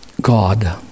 God